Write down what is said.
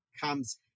comes